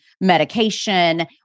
medication